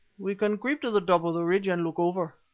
we can creep to the top of the ridge and look over.